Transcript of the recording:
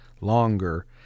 longer